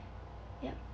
yup